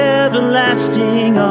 everlasting